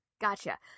gotcha